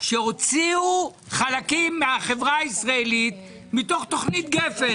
שהוציאו חלקים מהחברה הישראלית מתוך תוכנית גפן.